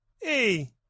Hey